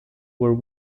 were